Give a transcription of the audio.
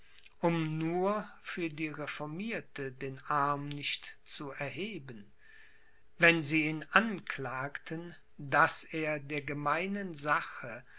um nur für die reformierte den arm nicht zu erheben wenn sie ihn anklagten daß er der gemeinen sache